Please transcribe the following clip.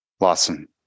Lawson